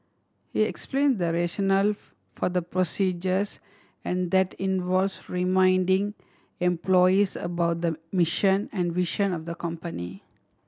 he explains the rationale for the procedures and that involves reminding employees about the mission and vision of the company